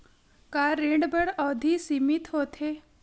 का ऋण बर अवधि सीमित होथे?